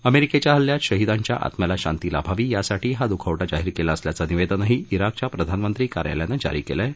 अमेरिकेच्या हल्ल्यात शहीदांच्या आत्म्याला शांती लाभावी यासाठी हा दुखवती जाहीर केला असल्याचं निवेदनही ज्ञाकच्या प्रधानमंत्री कार्यालयानं जारी केलं आहे